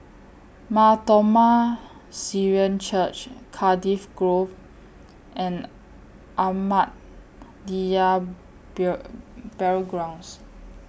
Mar Thoma Syrian Church Cardiff Grove and Ahmadiyya Burial Grounds